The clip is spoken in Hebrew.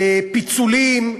פיצולים,